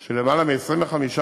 של למעלה מ-25%,